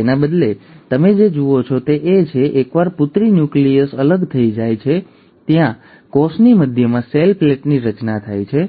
તેના બદલે તમે જે જુઓ છો તે એ છે કે એકવાર પુત્રી ન્યુક્લિયસ અલગ થઈ જાય છે ત્યાં કોષની મધ્યમાં સેલ પ્લેટની રચના થાય છે